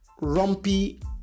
rumpy